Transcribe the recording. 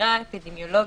החקירה האפידמיולוגית.